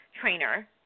trainer